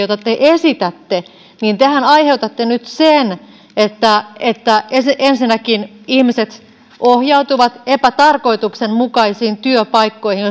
jota te esitätte niin tehän aiheutatte nyt sen että ensinnäkin ihmiset ohjautuvat epätarkoituksenmukaisiin työpaikkoihin